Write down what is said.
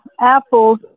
apples